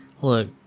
look